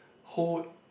whole